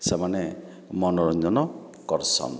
ସେମାନେ ମନୋରଞ୍ଜନ କର୍ସନ୍